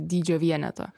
dydžio vienetą